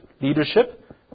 leadership